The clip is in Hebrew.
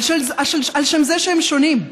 על שום זה שהם שונים.